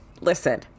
listen